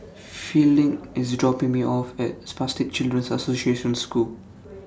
Fielding IS dropping Me off At Spastic Children's Association School